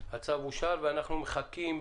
ומצד שני,